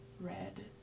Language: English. red